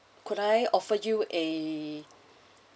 could I offer you a